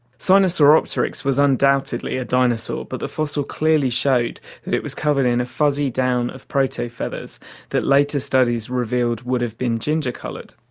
sinosauropteryx was undoubtedly a dinosaur, but the fossil clearly showed that it was covered in a fuzzy down of protofeathers that later studies revealed would have been ginger-coloured.